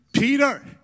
Peter